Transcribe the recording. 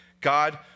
God